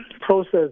process